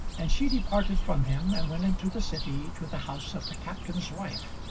and she departed from him, and went into the city to the house of the captain's wife,